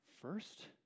First